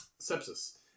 sepsis